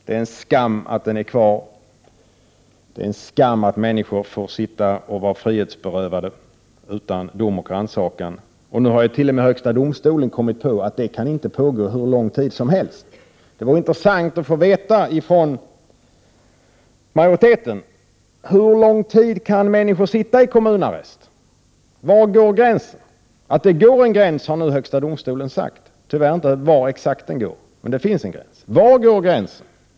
Det är en skam att den är kvar. Det är en skam att människor får sitta frihetsberövade utan dom och rannsakan. Nu har ju t.o.m. högsta domstolen kommit på att detta inte kan pågå hur lång tid som helst. Det vore intressant att få veta från majoriteten: Hur lång tid kan människor sitta i kommunarrest? Var går gränsen? Att det går en gräns har högsta domstolen nu sagt, men tyvärr inte var exakt den går. Men det finns en gräns. Var går den?